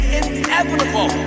inevitable